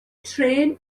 trên